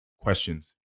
questions